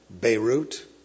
Beirut